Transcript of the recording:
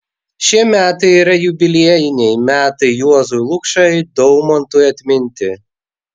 šie metai yra jubiliejiniai metai juozui lukšai daumantui atminti